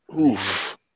Oof